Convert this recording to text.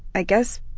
i guess,